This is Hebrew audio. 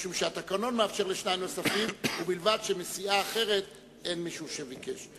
משום שהתקנון מאפשר לשניים נוספים ובלבד שמסיעה אחרת אין מישהו שביקש.